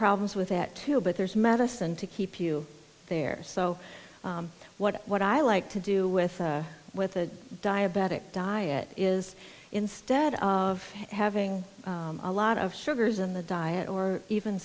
problems with that too but there's medicine to keep you there so what what i like to do with with a diabetic diet is instead of having a lot of sugars in the diet or even